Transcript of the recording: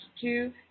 two